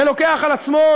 ולוקח על עצמו,